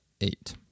eight